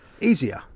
easier